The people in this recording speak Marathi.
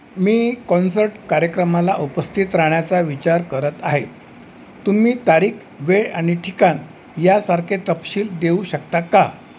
मी कॉन्सर्ट कार्यक्रमाला उपस्थित राहण्याचा विचार करत आहे तुम्ही तारीख वेळ आणि ठिकाण यासारखे तपशील देऊ शकता का